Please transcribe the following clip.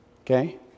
okay